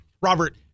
Robert